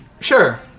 Sure